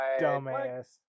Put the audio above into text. Dumbass